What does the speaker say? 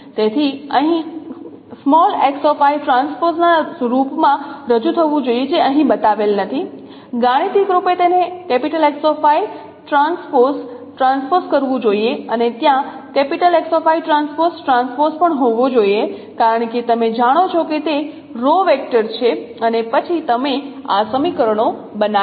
તેથી અહીં ટ્રાન્સપોઝના રૂપમાં રજૂ થવું જોઈએ જે અહીં બતાવેલ નથી ગાણિતિક રૂપે તેને ટ્રાન્સપોઝ કરવું જોઈએ અને ત્યાં ટ્રાન્સપોઝ પણ હોવો જોઈએ કારણ કે તમે જાણો છો કે તે રો વેક્ટર છે અને પછી તમે આ સમીકરણો બનાવી શકો છો